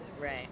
Right